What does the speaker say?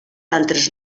altres